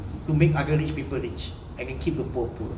to make other rich people rich and then keep the poor poor